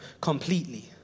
completely